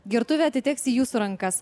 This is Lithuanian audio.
gertuvė atiteks į jūsų rankas